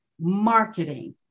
marketing